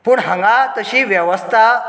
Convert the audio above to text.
पूण हांगा तशी वेवस्था